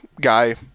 guy